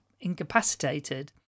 incapacitated